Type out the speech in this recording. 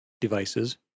devices